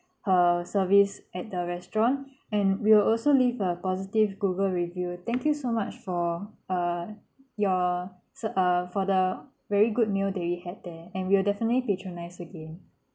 her service at the restaurant and we'll also leave a positive google review thank you so much for uh your so uh for the very good meal that we had there and we'll definitely patronise again